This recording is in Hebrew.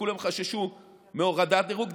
כשכולם חששו מהורדת דירוג.